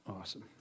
Awesome